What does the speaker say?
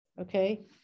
okay